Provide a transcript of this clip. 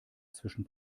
zwischen